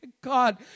God